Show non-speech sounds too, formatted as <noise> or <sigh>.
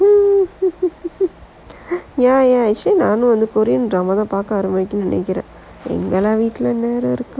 <laughs> ya ya actually நானும் வந்து:naanum vanthu korean drama பாக்க ஆரம்பிக்கணும்னு நினைக்குறேன் எங்க:paakka arambikkanumnu ninaikkuraen enga lah வீட்ல நேரம் இருக்கும்:veetla neram irukkum